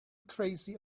crazy